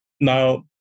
Now